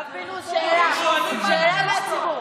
הרב פינדרוס, שאלה מהציבור: